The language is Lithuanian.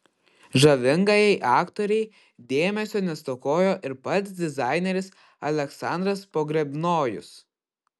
žavingajai aktorei dėmesio nestokojo ir pats dizaineris aleksandras pogrebnojus